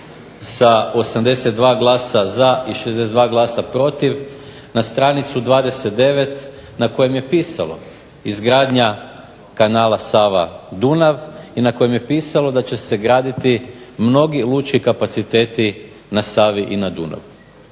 sa 82 glasa za i 62 glasa protiv, na str. 29 na kojem je pisalo izgradnja Kanala Sava-Dunav i na kojem je pisalo da će se graditi mnogi lučki kapaciteti na Savi i Dunavu.